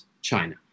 China